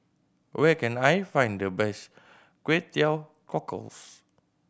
where can I find the best Kway Teow Cockles